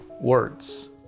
words